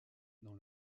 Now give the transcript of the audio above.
dans